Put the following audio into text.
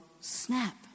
snap